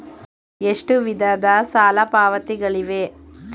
ಎಷ್ಟು ವಿಧದ ಸಾಲ ಪಾವತಿಗಳಿವೆ?